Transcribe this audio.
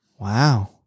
Wow